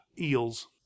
Eels